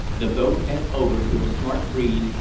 the boat bent over to a smart breeze,